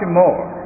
more